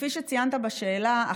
כפי שציינת בשאלה,